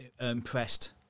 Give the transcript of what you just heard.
impressed